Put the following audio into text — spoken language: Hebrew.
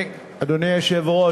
אדוני היושב-ראש,